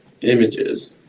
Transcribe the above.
Images